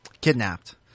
Kidnapped